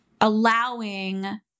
allowing